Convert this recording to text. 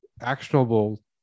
actionable